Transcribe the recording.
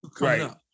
Right